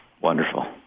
wonderful